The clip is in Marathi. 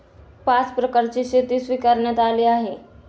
पाच प्रकारची शेती स्वीकारण्यात आली आहे